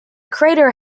crater